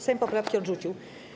Sejm poprawki odrzucił.